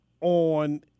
on